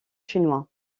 chinois